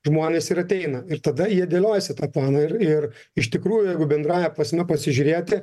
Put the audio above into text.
žmonės ir ateina ir tada jie dėliojasi tą planą ir ir iš tikrųjų jeigu bendrąja prasme pasižiūrėti